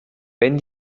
wenn